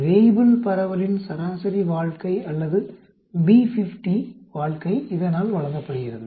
Weibull பரவலின் சராசரி வாழ்க்கை அல்லது B50 வாழ்க்கை இதனால் வழங்கப்படுகிறது